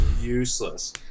useless